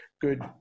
good